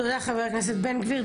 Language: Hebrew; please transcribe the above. תודה חבר הכנסת בן גביר,